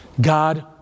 God